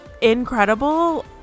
incredible